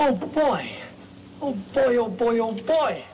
oh boy oh boy oh boy